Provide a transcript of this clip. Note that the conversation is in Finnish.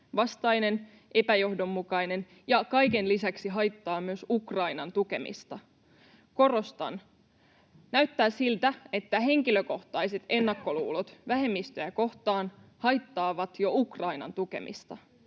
vastainen, epäjohdonmukainen ja kaiken lisäksi haittaa myös Ukrainan tukemista. Korostan: näyttää siltä, että henkilökohtaiset ennakkoluulot vähemmistöjä kohtaan haittaavat jo Ukrainan tukemista.